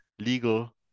legal